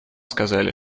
сказали